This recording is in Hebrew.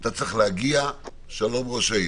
אתה צריך להגיע לראש הממשלה.